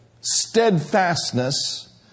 steadfastness